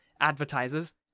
advertisers